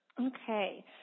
Okay